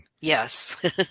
yes